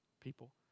people